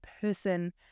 person